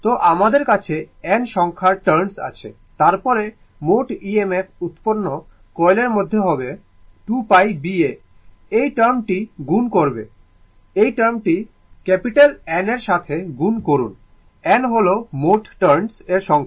তো আমাদের কাছে n সংখ্যার টার্নস আছে তারপরে মোট EMF উত্পন্ন কয়েলের মধ্যে হবে 2 π B A এই টার্মটি গুণ করবে এই টার্মটি ক্যাপিটাল N এর সাথে গুণ করুন N হল মোট টার্নস এর সংখ্যা